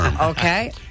Okay